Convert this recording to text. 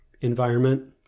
environment